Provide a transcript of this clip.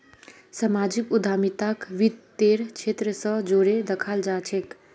सामाजिक उद्यमिताक वित तेर क्षेत्र स जोरे दखाल जा छेक